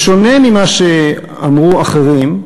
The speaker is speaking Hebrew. בשונה ממה שאמרו אחרים,